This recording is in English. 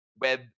web